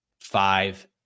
five